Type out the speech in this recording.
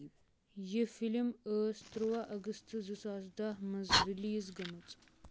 یہِ فِلم ٲس تُرواہ اگست زٕ ساس دَہ منٛز ریلیز گٔمٕژ